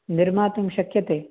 निर्मातुं शक्यते